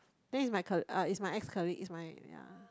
then it's my co~ it's my ex colleague it's my yea